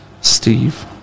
Steve